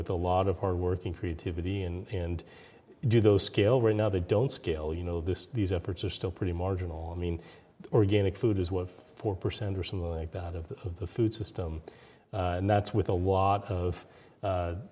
with a lot of hard working creativity and do those scale right now they don't scale you know this these efforts are still pretty marginal i mean organic food is one of four percent or some like that of the of the food system and that's with a lot of